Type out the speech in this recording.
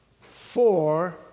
four